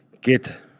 get